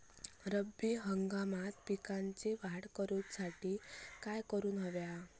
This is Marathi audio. रब्बी हंगामात पिकांची वाढ करूसाठी काय करून हव्या?